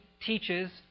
teaches